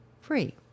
free